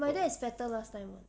my dad is fatter last time